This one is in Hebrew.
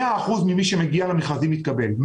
100% ממי שמגיע למכרזים מתקבל.